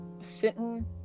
sitting